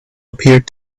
appeared